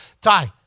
Ty